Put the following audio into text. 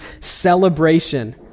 celebration